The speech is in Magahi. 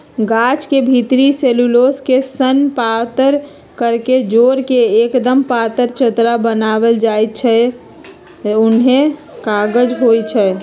गाछ के भितरी सेल्यूलोस के सन पातर कके जोर के एक्दम पातर चदरा बनाएल जाइ छइ उहे कागज होइ छइ